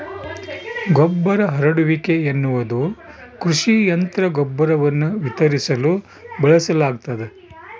ಗೊಬ್ಬರ ಹರಡುವಿಕೆ ಎನ್ನುವುದು ಕೃಷಿ ಯಂತ್ರ ಗೊಬ್ಬರವನ್ನು ವಿತರಿಸಲು ಬಳಸಲಾಗ್ತದ